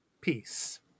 Peace